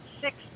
six